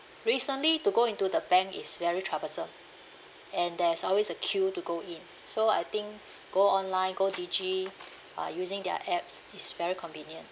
recently to go into the bank is very troublesome and there's always a queue to go in so I think go online go digi uh using their apps is very convenient